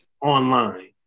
online